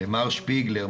למר שפיגלר,